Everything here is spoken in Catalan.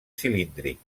cilíndric